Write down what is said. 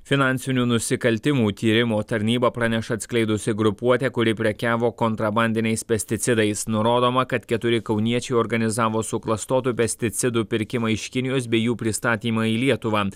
finansinių nusikaltimų tyrimo tarnyba praneša atskleidusi grupuotę kuri prekiavo kontrabandiniais pesticidais nurodoma kad keturi kauniečiai organizavo suklastotų pesticidų pirkimą iš kinijos bei jų pristatymą į lietuvą